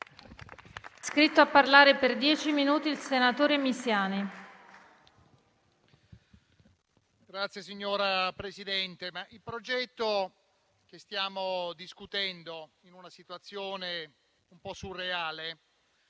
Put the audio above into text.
il progetto che stiamo discutendo in una situazione un po' surreale